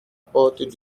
porte